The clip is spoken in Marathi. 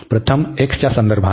प्रथम x च्या संदर्भात